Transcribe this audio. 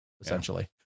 essentially